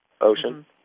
Ocean